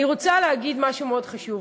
אני רוצה להגיד משהו מאוד חשוב.